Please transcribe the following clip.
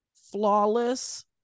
flawless